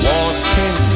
Walking